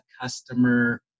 customer